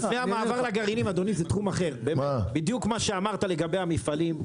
בדיוק מה שאמרת לגבי המפעלים,